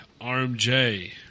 RMJ